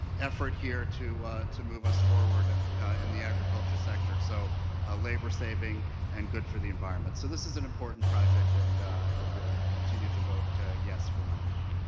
effort here to to move us forward in the agriculture sector. so laborsaving and good for the environment so this is an important project and i hope you will continue to vote yes for my amendment